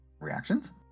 Reactions